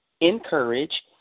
encourage